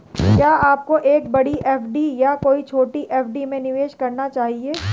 क्या आपको एक बड़ी एफ.डी या कई छोटी एफ.डी में निवेश करना चाहिए?